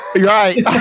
Right